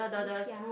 roof ya